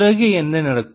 பிறகு என்ன நடக்கும்